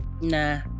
Nah